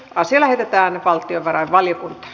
asia lähetettiin valtiovarainvaliokuntaan